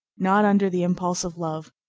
not under the impulse of love,